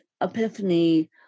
epiphany